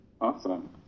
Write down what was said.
Awesome